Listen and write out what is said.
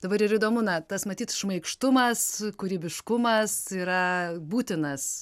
dabar ir įdomu na tas matyt šmaikštumas kūrybiškumas yra būtinas